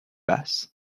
bass